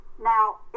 Now